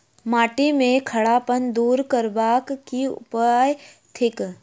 माटि केँ खड़ापन दूर करबाक की उपाय थिक?